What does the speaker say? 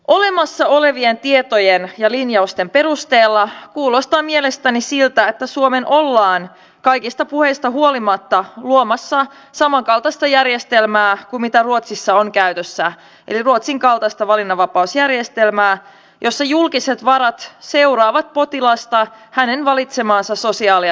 olemassa olevien tietojen ja linjausten perusteella kuulostaa mielestäni siltä että suomeen ollaan kaikista puheista huolimatta luomassa samankaltaista järjestelmää kuin mitä ruotsissa on käytössä eli ruotsin kaltaista valinnanvapausjärjestelmää jossa julkiset varat seuraavat potilasta hänen valitsemaansa sosiaali ja terveyskeskukseen